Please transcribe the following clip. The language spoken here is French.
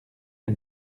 les